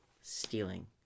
stealing